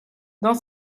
dans